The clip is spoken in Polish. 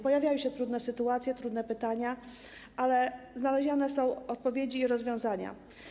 Pojawiają się trudne sytuacje, trudne pytania, ale znalezione są odpowiedzi i rozwiązania.